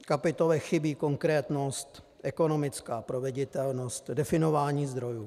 Kapitole chybí konkrétnost, ekonomická proveditelnost, definování zdrojů.